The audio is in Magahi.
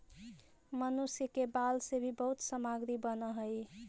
मनुष्य के बाल से भी बहुत सामग्री बनऽ हई